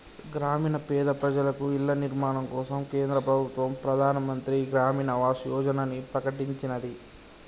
గ్రామీణ పేద ప్రజలకు ఇళ్ల నిర్మాణం కోసం కేంద్ర ప్రభుత్వం ప్రధాన్ మంత్రి గ్రామీన్ ఆవాస్ యోజనని ప్రకటించినాది